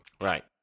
Right